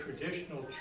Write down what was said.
traditional